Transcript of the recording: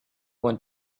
want